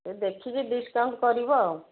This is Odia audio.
ଦେଖିକି ଡିସ୍କାଉଣ୍ଟ କରିବ ଆଉ